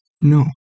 No